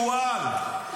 שיבולת שועל.